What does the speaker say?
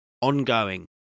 ongoing